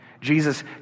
Jesus